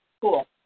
Cool